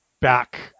back